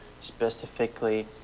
specifically